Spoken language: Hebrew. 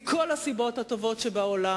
מכל הסיבות הטובות שבעולם,